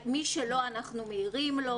אנחנו מעירים למי שלא.